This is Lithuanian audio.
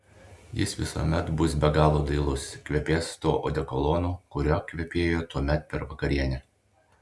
jis visuomet bus be galo dailus kvepės tuo odekolonu kuriuo kvepėjo tuomet per vakarienę